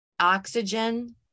oxygen